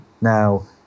now